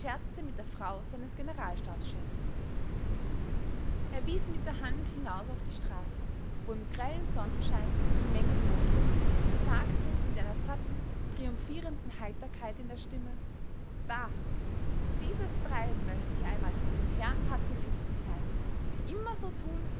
mit der frau seines generalstabschefs er wies mit der hand hinaus auf die straße wo im grellen sonnenschein die menge wogte und sagte mit einer satten triumphierenden heiterkeit in der stimme da dieses treiben möchte ich einmal den herren pazifisten zeigen die immer so tun